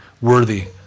worthy